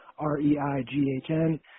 R-E-I-G-H-N